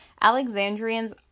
Alexandrians